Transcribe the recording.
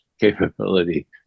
capability